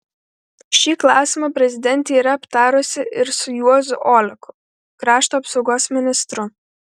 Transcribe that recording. šį klausimą prezidentė yra aptarusi ir su juozu oleku krašto apsaugos ministru